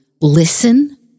listen